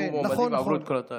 חבר הכנסת יעקב אשר